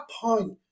point